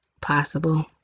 possible